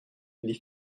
les